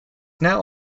now